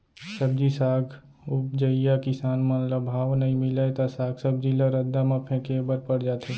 सब्जी साग उपजइया किसान मन ल भाव नइ मिलय त साग सब्जी ल रद्दा म फेंके बर पर जाथे